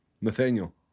Nathaniel